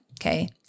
Okay